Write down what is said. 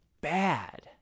bad